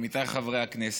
עמיתיי חברי הכנסת,